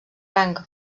rang